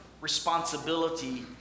responsibility